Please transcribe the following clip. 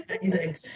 amazing